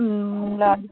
ल